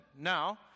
Now